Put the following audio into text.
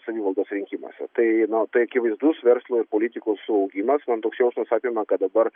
savivaldos rinkimuose tai na tai akivaizdus verslo ir politikos suaugimas man toks jausmas apima kad dabar